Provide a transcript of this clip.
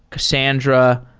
cassandra,